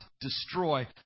destroy